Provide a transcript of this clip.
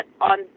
on